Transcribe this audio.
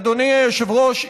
אדוני היושב-ראש,